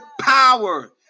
power